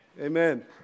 Amen